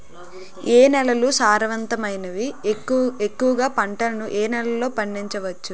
ఏ నేలలు సారవంతమైనవి? ఎక్కువ గా పంటలను ఏ నేలల్లో పండించ వచ్చు?